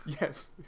yes